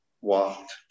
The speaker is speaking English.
walked